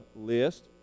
list